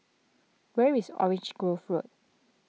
where is Orange Grove Road